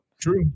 true